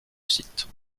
site